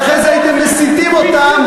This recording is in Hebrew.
ואחרי זה הייתם מסיתים אותם,